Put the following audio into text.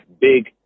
big